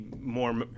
more